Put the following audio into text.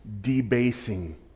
debasing